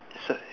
so~